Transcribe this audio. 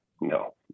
No